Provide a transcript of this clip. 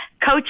Coach